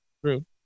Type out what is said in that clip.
True